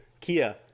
kia